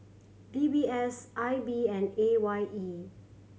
D B S I B and A Y E